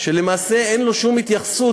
שלמעשה אין לו שום התייחסות